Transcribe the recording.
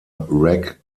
reg